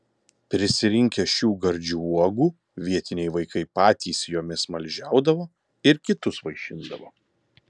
prisirinkę šių gardžių uogų vietiniai vaikai patys jomis smaližiaudavo ir kitus vaišindavo